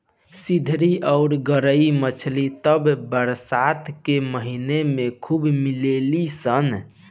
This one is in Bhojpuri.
सिधरी अउरी गरई मछली त बरसात के महिना में खूब मिलेली सन